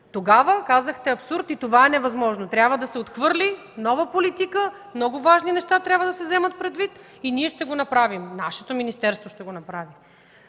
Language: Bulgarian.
Тогава казахте, че е абсурд и е невъзможно, че трябва да се отхвърли, нова политика, много важни неща трябва да се вземат предвид и ние ще го направим – нашето министерство ще го направи!